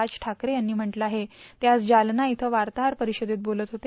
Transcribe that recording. राज ठाकरे यांनी म्हटलं आहे ते आज जालना इयं वार्ताहर परिषदेत बोलत होते